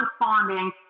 responding